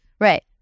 Right